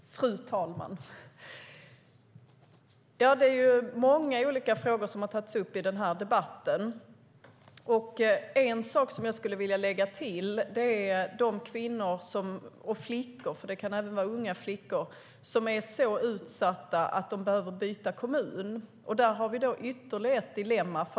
STYLEREF Kantrubrik \* MERGEFORMAT Svar på interpellationerDär har vi ytterligare ett dilemma.